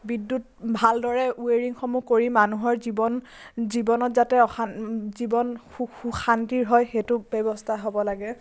বিদ্যুত ভালদৰে ওৱেৰিঙসমূহ কৰি মানুহৰ জীৱন জীৱনত যাতে অশা জীৱন সুখ শান্তিৰ হয় সেইটো ব্যৱস্থা হ'ব লাগে